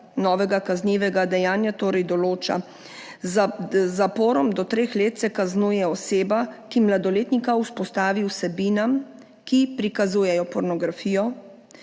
novega kaznivega dejanja torej določa, da se z zaporom do treh let kaznuje oseba, ki mladoletnika izpostavi vsebinam, ki prikazujejo pornografijo,